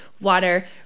water